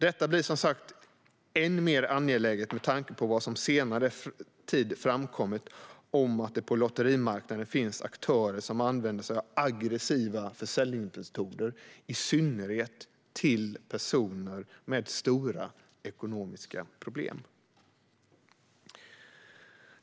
Detta blir som sagt än mer angeläget med tanke på vad som på senare tid framkommit om att det på lotterimarknaden finns aktörer som använder sig av aggressiva försäljningsmetoder, i synnerhet till personer med stora ekonomiska problem. Fru talman!